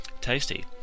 tasty